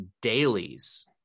dailies